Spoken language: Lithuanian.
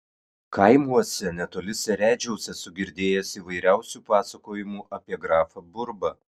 kaimuose netoli seredžiaus esu girdėjęs įvairiausių pasakojimų apie grafą burbą